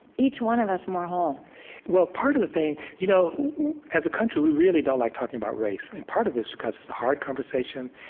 each one of us, more whole well, part of the thing you know as a country, we really don't like talking about race. and part of this is because it's a hard conversation,